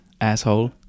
Asshole